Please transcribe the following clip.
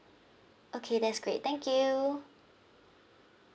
okay that's great thank you